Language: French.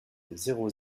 zéro